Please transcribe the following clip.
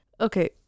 okay